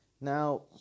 Now